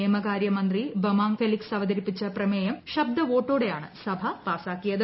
നിയമകാര്യമന്ത്രി Bamang Felix അവതരിപ്പിച്ച പ്രമേയം ശബ്ദ വോട്ടോടെയാണ് സഭ പാസാക്കിയത്